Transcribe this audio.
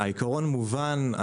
העיקרון מובן.